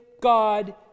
God